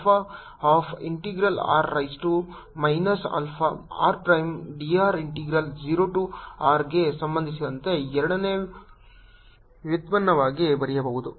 ನಾನು ಇದನ್ನು alpha of integral r raise to minus alpha r prime d r integral 0 to r ಗೆ ಸಂಬಂಧಿಸಿದಂತೆ ಎರಡನೇ ವ್ಯುತ್ಪನ್ನವಾಗಿ ಬರೆಯಬಹುದು